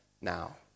now